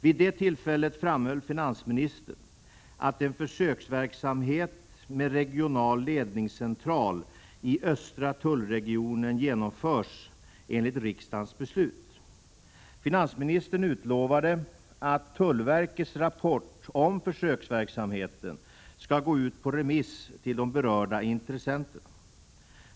Vid det tillfället framhöll finansministern att en försöksverksamhet med regional ledningscentral i östra tullregionen genomförs enligt riksdagens beslut. Finansministern utlovade att tullverkets rapport om försöksverksamheten skulle gå ut på remiss till berörda intressenter.